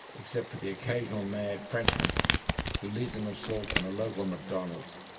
except for the occasional mad frenchman who leads an assault on a local mcdonald's,